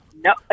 No